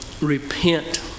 repent